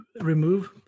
remove